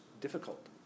difficult